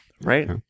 right